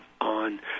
on